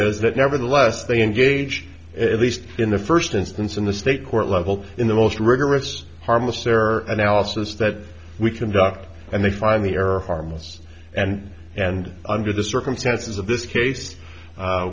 is that nevertheless they engage at least in the first instance in the state court level in the most rigorous harmless error analysis that we conduct and they find the error harmless and and under the circumstances of this case